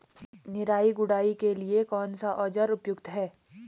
निराई गुड़ाई के लिए कौन सा औज़ार उपयुक्त है?